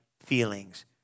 feelings